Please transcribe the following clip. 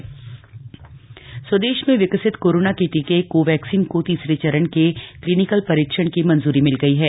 Covaxin स्वदेश में विकसित कोरोना के टीके कोवैक्सीन को तीसरे चरण के क्लिनिकल परीक्षण की मंजूरी मिल गई है